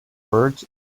birds